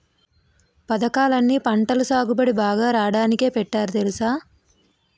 పదకాలన్నీ పంటలు బాగా సాగుబడి రాడానికే పెట్టారు తెలుసా?